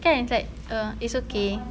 kan it's like err it's okay